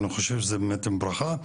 אני חושב שזה באמת ברכה.